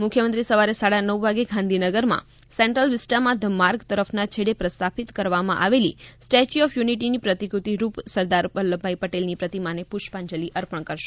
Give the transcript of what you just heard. મુખ્યમંત્રી સવારે સાડા નવ વાગે ગાંધીનગરમાં સેન્ટ્રલ વિસ્ટામાં ઘ માર્ગ તરફના છેડે પ્રસ્થાપિત કરવામાં આવેલી સ્ટેચ્ય્ ઓફ યુનિટીની પ્રતિકૃતિ રૂપ સરદાર વલ્લભભાઈ પટેલની પ્રતિમાને પુષ્પાંજલિ અર્પણ કરશે